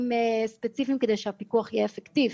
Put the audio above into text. ספציפיים כדי שהפיקוח יהיה אפקטיבי.